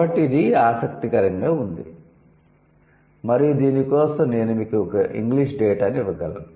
కాబట్టి ఇది ఆసక్తికరంగా ఉంది మరియు దీని కోసం నేను మీకు ఇంగ్లీష్ డేటాను ఇవ్వగలను